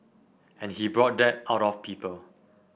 and he brought that out of people